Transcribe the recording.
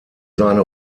seine